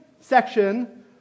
section